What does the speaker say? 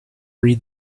read